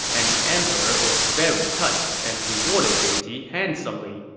and the emperor was very touched and rewarded bing ji handsomely,